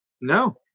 No